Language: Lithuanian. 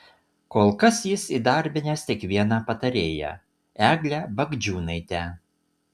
kol kas jis įdarbinęs tik vieną patarėją eglę bagdžiūnaitę